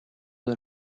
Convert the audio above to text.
del